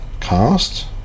cast